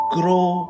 grow